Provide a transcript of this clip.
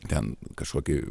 ten kažkokį